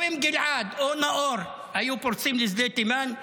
גם אם גלעד או נאור היו פורצים לשדה תימן.